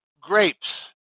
grapes